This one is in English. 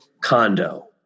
condo